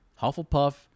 Hufflepuff